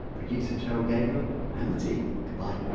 producer cheryl gabriel and the team, goodbye